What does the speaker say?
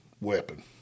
weapon